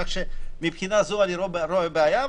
כך שמבחינה זו אני לא רואה בעיה,